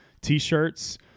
t-shirts